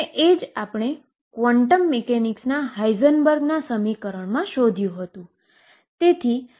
તે પરિચય અને સરળ ઉદાહરણ સાથે હું તે નંબર 1 કહીને આ વ્યાખ્યાનની અહીં સમાપ્ત કરુ છું